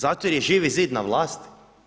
Zato jer je Živi zid na vlasti?